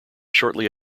shortly